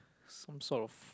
some sort of